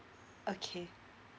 okay